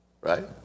right